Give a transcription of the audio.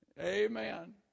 Amen